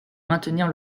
maintenir